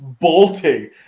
bolting